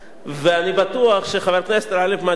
ואני בטוח שחבר הכנסת גאלב מג'אדלה,